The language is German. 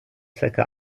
zirka